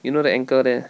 you know the ankle there